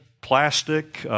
plastic